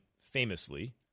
famously